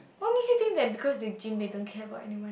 what makes you think that because they gym they don't care about anyone